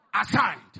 assigned